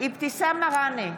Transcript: אבתיסאם מראענה,